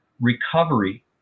recovery